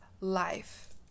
life